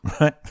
right